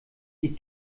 die